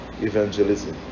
evangelism